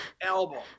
album